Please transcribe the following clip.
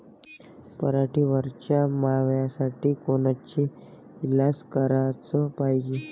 पराटीवरच्या माव्यासाठी कोनचे इलाज कराच पायजे?